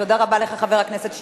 תודה רבה לך, חבר הכנסת שטרית,